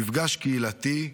מפגש קהילתי,